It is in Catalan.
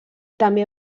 també